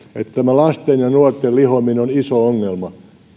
että lasten ja nuorten lihominen on iso ongelma